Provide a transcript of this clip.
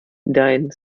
dein